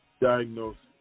diagnosis